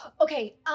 Okay